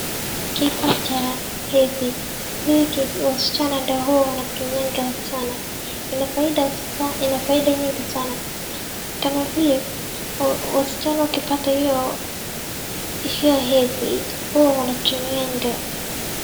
kifaa cha hedhi. Hii wasichana ndio wanatumianga sana. Ina faida nyingi sana, kama vile, wasichana wakipata hio, hio hedhi, huwa wanatumianga.